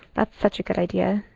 that's such a good idea.